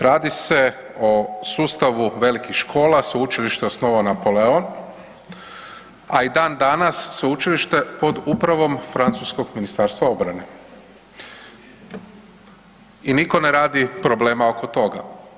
Radi se o sustavu velikih škola, sveučilište je osnovao Napoleon, a i dan danas sveučilište pod upravom Francuskog ministarstva obrane i niko ne radi problema oko toga.